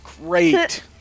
Great